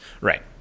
Right